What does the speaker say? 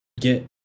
get